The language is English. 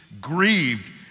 grieved